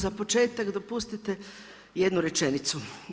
Za početak dopustite jednu rečenicu.